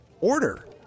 order